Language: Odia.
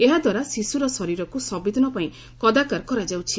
ଏହାଦ୍ୱାରା ଶିଶ୍ରର ଶାରୀରକୁ ସବୁଦିନପାଇଁ କଦାକାର କରାଯାଉଛି